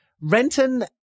Renton